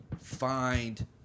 find